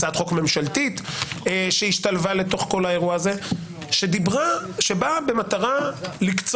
הצעת חוק ממשלתית שהשתלבה לתוך כל האירוע הזה שבאה במטרה לקצוב